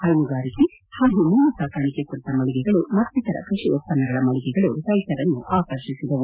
ಹೈಮಗಾರಿಕೆ ಹಾಗೂ ಮೀನು ಸಾಕಾಣಿಕೆ ಕುರಿತ ಮಳಿಗೆಗಳು ಮಕ್ತಿತರ ಕೃಷಿ ಉತ್ತನ್ನಗಳ ಮಳಿಗೆಗಳು ರೈತರನ್ನು ಆಕರ್ಷಿಸಿದವು